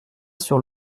sur